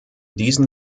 diesen